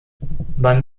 beim